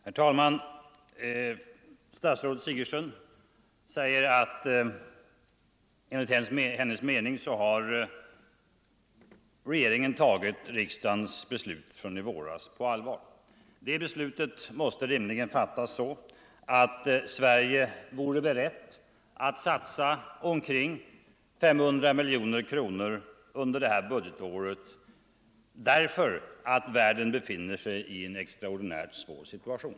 Herr talman! Statsrådet Sigurdsen säger att enligt hennes mening har regeringen tagit riksdagens beslut från i våras på allvar. Det beslutet måste rimligen fattas så, att Sverige var berett att satsa omkring 500 miljoner kronor under det här budgetåret därför att världen befinner sig i en extraordinärt svår situation.